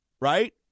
right